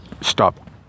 stop